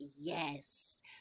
yes